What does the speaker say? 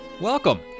welcome